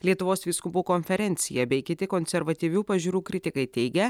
lietuvos vyskupų konferencija bei kiti konservatyvių pažiūrų kritikai teigia